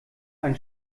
ein